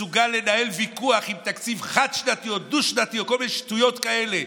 מסוגל לנהל ויכוח על תקציב חד-שנתי או דו-שנתי או כל מיני שטויות כאלה,